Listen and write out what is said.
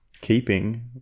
keeping